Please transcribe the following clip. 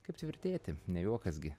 kaip tvirtėti ne juokas gi